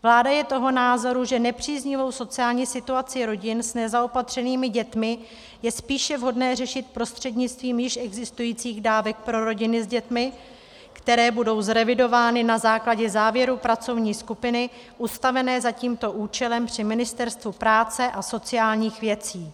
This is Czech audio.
Vláda je toho názoru, že nepříznivou sociální situaci rodin s nezaopatřenými dětmi je spíše vhodné řešit prostřednictvím již existujících dávek pro rodiny s dětmi, které budou zrevidovány na základě závěrů pracovní skupiny ustavené za tímto účelem při Ministerstvu práce a sociálních věcí.